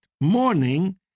morning